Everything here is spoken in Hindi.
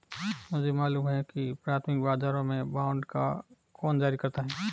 मुझे मालूम है कि प्राथमिक बाजारों में बांड कौन जारी करता है